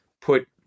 put